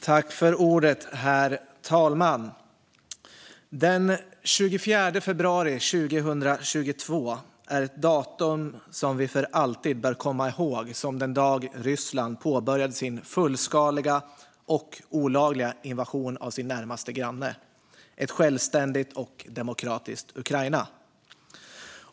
Herr talman! Den 24 februari 2022 är ett datum som vi för alltid bör komma ihåg som den dag Ryssland påbörjade sin fullskaliga och olagliga invasion av sin närmaste granne - ett självständigt och demokratiskt Ukraina.